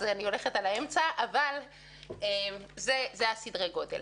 אז אני הולכת על האמצע, אבל אלה סדרי הגודל.